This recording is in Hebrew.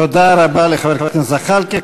תודה רבה לחבר הכנסת זחאלקה.